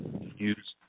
use